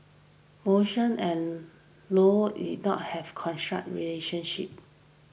motion and low did not have relationship